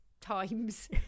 times